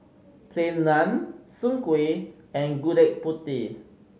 Plain Naan Soon Kueh and Gudeg Putih